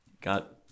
got